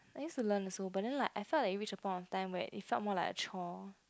I used to learn also but then like I felt that it reach to a point of time where it felt more like a chore